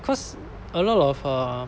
cause a lot of err